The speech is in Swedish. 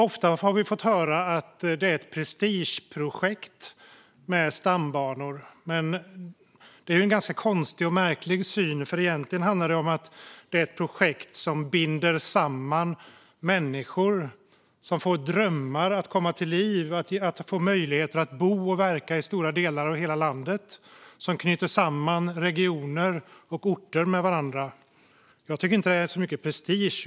Ofta har vi fått höra att det är ett prestigeprojekt med stambanor. Det är en ganska konstig och märklig syn, för egentligen handlar det om ett projekt som binder samman människor, som får drömmar att komma till liv, som ger möjligheter att bo och verka i stora delar av landet och som knyter samman regioner och orter med varandra. Jag tycker inte att det är så mycket prestige.